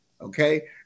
Okay